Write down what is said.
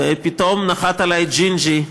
ופתאום נחת עלי ג'ינג'י,